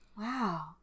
Wow